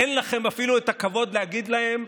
אין לכם אפילו הכבוד להגיד להם,